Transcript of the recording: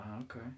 Okay